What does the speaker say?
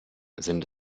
sind